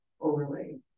overlay